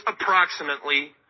approximately